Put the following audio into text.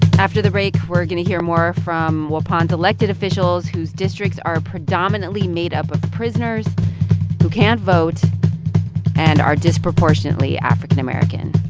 after the break, we're going to hear more from waupun's elected officials, whose districts are predominantly made up of prisoners who can't vote and are disproportionately african american.